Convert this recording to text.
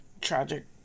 tragic